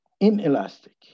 inelastic